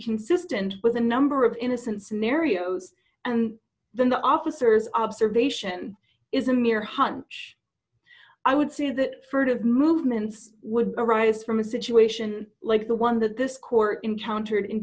consistent with a number of innocent scenarios and then the officers observation is a mere hunch i would see that furtive movements would arise from a situation like the one that this court